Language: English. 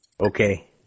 Okay